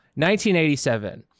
1987